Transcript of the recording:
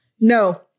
no